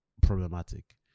problematic